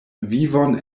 vivon